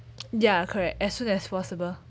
ya correct as soon as possible